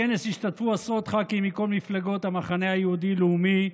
בכנס השתתפו עשרות ח"כים מכל מפלגות המחנה היהודי-לאומי,